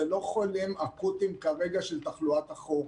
זה לא חולים אקוטיים כרגע של תחלואת החורף.